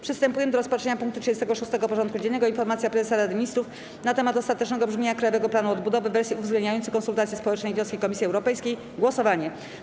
Przystępujemy do rozpatrzenia punktu 36. porządku dziennego: Informacja Prezesa Rady Ministrów na temat ostatecznego brzmienia Krajowego Planu Odbudowy w wersji uwzględniającej konsultacje społeczne i wnioski Komisji Europejskiej - głosowanie.